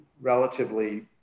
relatively